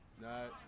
No